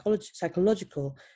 psychological